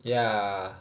ya